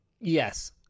yes